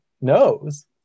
knows